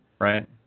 right